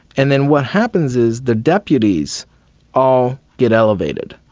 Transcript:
and then what happens is the deputies all get elevated.